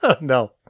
no